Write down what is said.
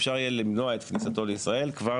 אפשר יהיה למנוע את כניסתו לישראל כבר